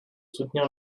soutenir